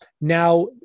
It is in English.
now